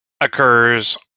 occurs